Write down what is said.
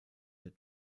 der